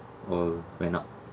all went up